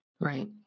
Right